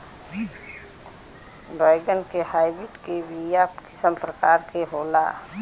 बैगन के हाइब्रिड के बीया किस्म क प्रकार के होला?